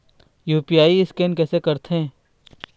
UPI scan कइसे करथे?